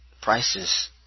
prices